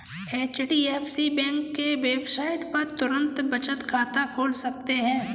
HDFC bank के website पर तुरंत बचत खाता खोल सकते है